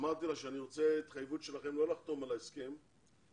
אמרתי לה שאני רוצה התחייבות שלכם לא לחתום על ההסכם כל